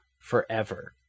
forever